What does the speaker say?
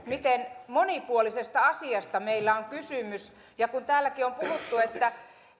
miten monipuolisesta asiasta meillä on kysymys ja kun täälläkin on puhuttu että